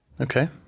okay